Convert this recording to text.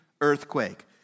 earthquake